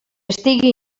estigui